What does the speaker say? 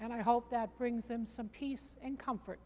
and i hope that brings them some peace and comfort